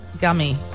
gummy